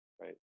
right